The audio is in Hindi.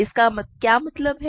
इसका क्या मतलब है